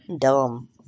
Dumb